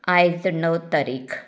आयज णव तारीख